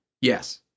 Yes